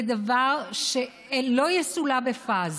זה דבר שלא יסולא בפז.